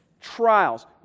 trials